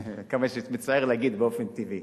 מצער להגיד, טבעי,